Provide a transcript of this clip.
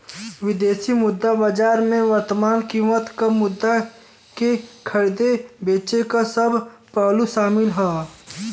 विदेशी मुद्रा बाजार में वर्तमान कीमत पर मुद्रा के खरीदे बेचे क सब पहलू शामिल हौ